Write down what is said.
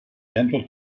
dental